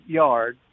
yard